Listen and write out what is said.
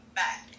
back